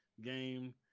game